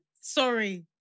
Sorry